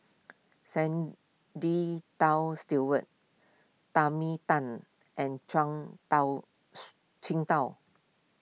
Stewart Tan and Zhuang Tao